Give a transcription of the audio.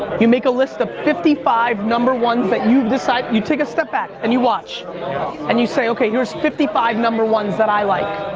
you make a list of fifty five number ones that you've decided. you take a step back and you watch and you say okay, here's fifty five number ones that i like.